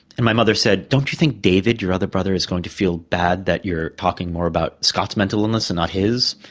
and my mother said, don't you think david, your other brother, is going to feel bad that you're talking more about scott's mental illness and not his?